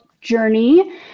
journey